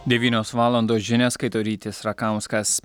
devynios valandos žinias skaito rytis rakauskas